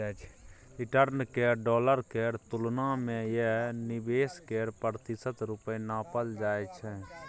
return केँ dollar केर तुलना मे या निबेश केर प्रतिशत रुपे नापल जाइ छै